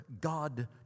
God